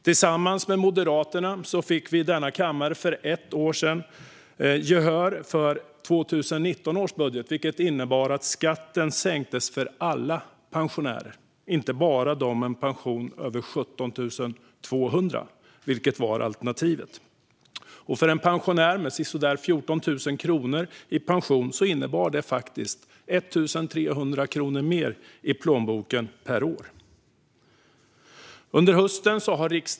Tillsammans med Moderaterna fick vi i denna kammare för ett år sedan gehör för 2019 års budget, där vi sänkte skatten på pensioner för alla pensionärer, inte bara för dem med en pension över 17 200, vilket var alternativet. För en pensionär med ungefär 14 000 kronor i pension innebar detta faktiskt 1 300 kronor mer i plånboken per år.